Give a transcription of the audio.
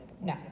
No